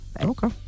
Okay